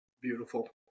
beautiful